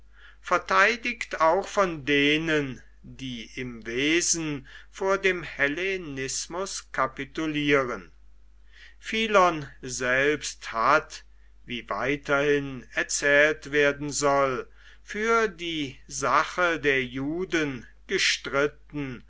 verteidigt auch von denen die im wesen vor dem hellenismus kapitulieren philon selbst hat wie weiterhin erzählt werden soll für die sache der juden gestritten